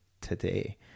today